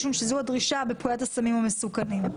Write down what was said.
משום שזאת הדרישה בפקודת הסמים המסוכנות.